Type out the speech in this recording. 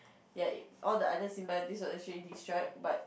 ya it all the other symbiotic was actually destroyed but